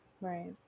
Right